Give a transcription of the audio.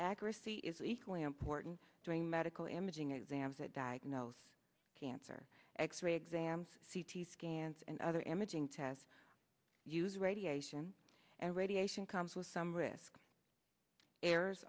accuracy is equally important during medical imaging exams that diagnose cancer x ray exams c t scans and other imaging tests use radiation and radiation comes with some risk errors